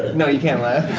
no, you can't laugh